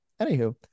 Anywho